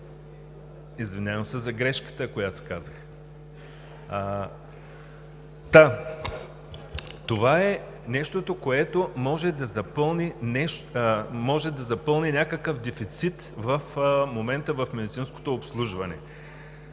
Извинявам се за грешката, която казах. Това е нещото, което може да запълни някакъв дефицит в момента в медицинското обслужване.